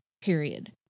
period